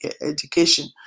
education